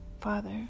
Father